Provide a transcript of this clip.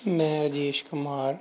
ਮੈਂ ਰਾਜੇਸ਼ ਕੁਮਾਰ